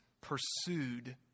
pursued